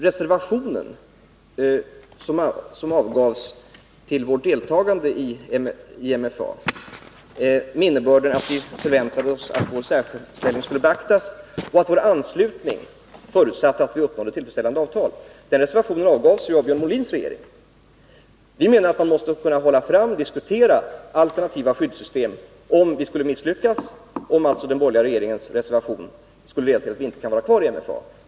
Det avgavs en reservation mot vårt deltagande i MFA med innebörden att vi förväntade oss att vår särställning skulle beaktas och att vår anslutning förutsatte att vi uppnådde tillfredsställande avtal, och denna reservation avgavs av Björn Molins regering. Vi menar att man måste kunna hålla fram och diskutera alternativa skyddssystem, om vi skulle misslyckas, dvs. om den borgerliga regeringens reservation skulle leda till att vi inte kunde vara kvar i MFA.